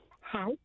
Hi